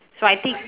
so I think